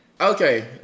Okay